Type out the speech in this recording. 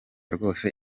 rwose